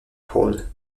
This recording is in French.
hall